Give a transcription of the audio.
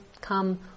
come